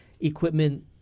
equipment